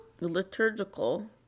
Liturgical